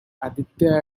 aditya